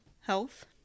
health